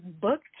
booked